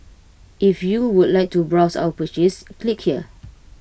if you would like to browse or purchase click here